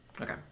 Okay